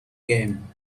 game